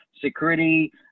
security